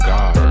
God